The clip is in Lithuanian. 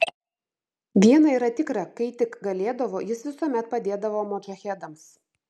viena yra tikra kai tik galėdavo jis visuomet padėdavo modžahedams